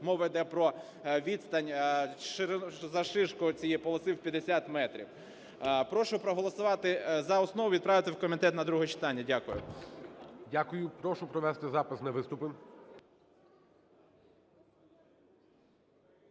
Мова йде про відстань завширшки цієї полоси в 50 метрів. Прошу проголосувати за основу і відправити в комітет на друге читання. Дякую. ГОЛОВУЮЧИЙ. Дякую. Прошу провести запис на виступи.